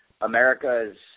America's